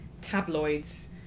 tabloids